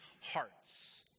hearts